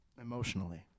Emotionally